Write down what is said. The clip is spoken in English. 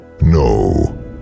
No